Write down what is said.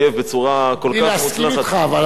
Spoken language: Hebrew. בלי להסכים אתך, אבל הדבר הראשון זה דע את האויב.